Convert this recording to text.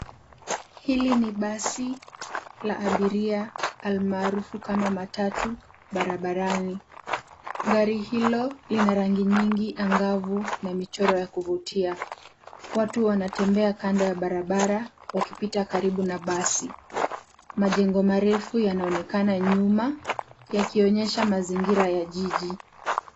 Hili ni basi la abiria almaarufu kama matatu barabarani. Gari hilo lina rangi nyingi angavu na michoro ya kuvutia. Watu wanatembea kando ya barabara wakipita karibu na basi. Majengo marefu yanaonekana nyuma yakionyesha mazingira ya jiji.